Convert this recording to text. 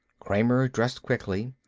kramer dressed quickly.